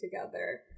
together